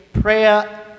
prayer